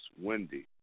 Wendy